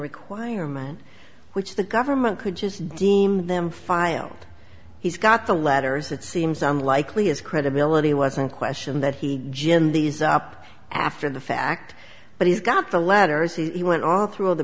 requirement which the government could just deem them filed he's got the letters it seems unlikely is credibility was in question that he gin these up after the fact but he's got the letters he went all through all the